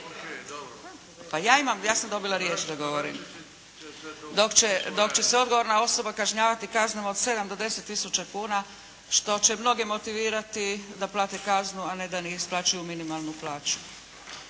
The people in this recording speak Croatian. ja sam dobila riječ da govorim. Dok će se odgovorna osoba kažnjavati kaznama od 7 do 10 tisuća kuna što će mnoge motivirati da plate kaznu a ne da ne isplaćuju minimalnu plaću.